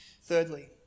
Thirdly